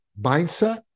mindset